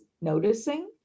noticing